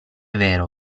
vero